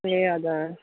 ए हजुर